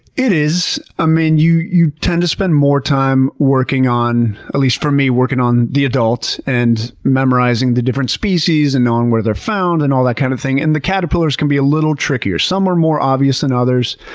it is. i ah mean, you you tend to spend more time working on at least for me working on the adult, and memorizing the different species and knowing where they're found and all that kind of thing. and the caterpillars can be a little trickier. some are more obvious than others.